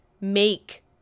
make